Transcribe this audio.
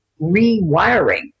rewiring